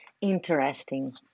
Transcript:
Interesting